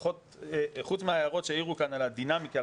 חוץ מההערות שהעירו כאן על הדינמיקה,